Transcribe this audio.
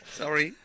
sorry